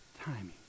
timing